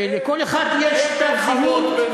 לכל אחד יש תו זהות,